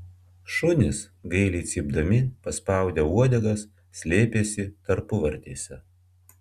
šunys gailiai cypdami paspaudę uodegas slėpėsi tarpuvartėse